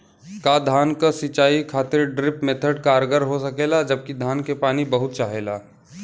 का धान क सिंचाई खातिर ड्रिप मेथड कारगर हो सकेला जबकि धान के पानी बहुत चाहेला?